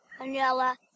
vanilla